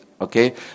Okay